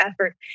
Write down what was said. effort